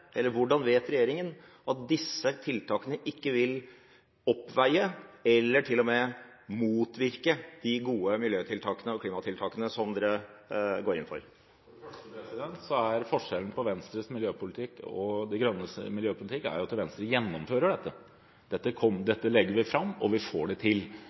ikke vil oppveie eller til og med motvirke de gode miljø- og klimatiltakene som man går inn for? For det første er forskjellen på Venstres miljøpolitikk og Miljøpartiet De Grønnes miljøpolitikk at Venstre gjennomfører dette. Dette legger vi fram, og vi får det til